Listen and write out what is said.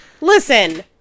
Listen